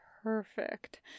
perfect